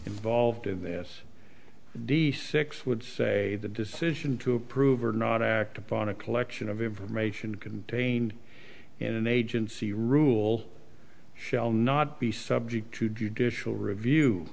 involved in this the six would say the decision to approve or not act upon a collection of information contained in an agency rule shall not be subject to judicial review